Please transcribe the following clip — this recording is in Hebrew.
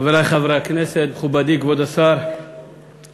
חברי חברי הכנסת, מכובדי כבוד השר שטייניץ,